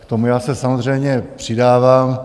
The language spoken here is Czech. K tomu já se samozřejmě přidávám.